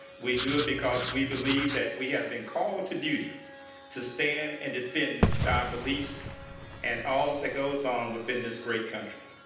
we do it because we believe that we have been called to duty to stand and ascend the our beliefs and all that goes on within this great country.